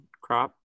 crop